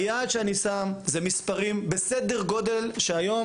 היעד שאני שם זה מספרים בסדר גודל שהיום